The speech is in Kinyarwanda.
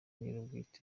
nyirubwite